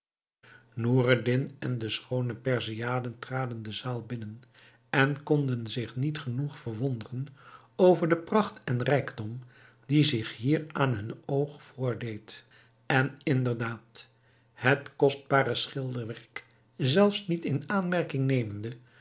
noureddin en de schoone perziane traden de zaal binnen en konden zich niet genoeg verwonderen over de pracht en rijkdom die zich hier aan hun oog voordeed en inderdaad het kostbare schilderwerk zelfs niet in aanmerking nemende